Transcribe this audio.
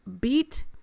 beat